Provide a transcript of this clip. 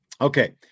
okay